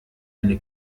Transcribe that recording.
eine